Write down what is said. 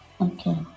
Okay